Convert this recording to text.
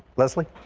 leslie.